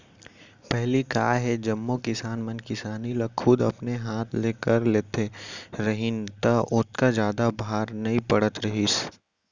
पहिली का हे जम्मो किसान मन किसानी ल खुद अपने हाथ ले कर लेत रहिन त ओतका जादा भार नइ पड़त रहिस